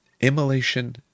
immolation